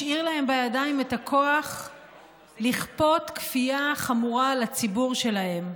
משאיר להם בידיים את הכוח לכפות כפייה חמורה על הציבור שלהם,